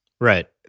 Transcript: Right